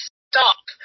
stop